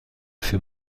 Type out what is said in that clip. für